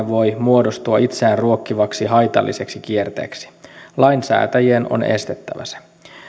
voi muodostua itseään ruokkivaksi haitalliseksi kierteeksi lainsäätäjien on estettävä se